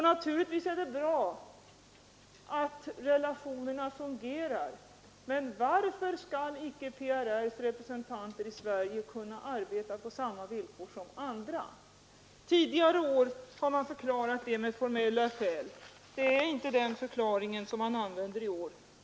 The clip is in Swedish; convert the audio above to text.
Naturligtvis är det bra att relationerna fungerar. Men varför skall PRR:s representant i Sverige icke kunna arbeta på samma sätt som andra? Tidigare år har man förklarat det med formella skäl. Men det är inte den förklaring man använder i år.